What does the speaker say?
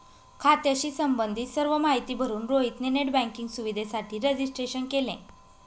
खात्याशी संबंधित सर्व माहिती भरून रोहित ने नेट बँकिंग सुविधेसाठी रजिस्ट्रेशन केले